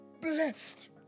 Blessed